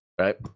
right